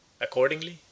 Accordingly